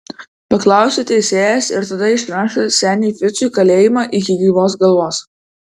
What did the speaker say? paklausė teisėjas ir tada išrašė seniui ficui kalėjimą iki gyvos galvos